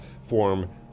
form